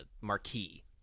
marquee